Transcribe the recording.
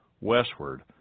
westward